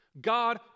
God